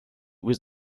with